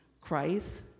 Christ